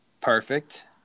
Perfect